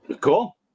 Cool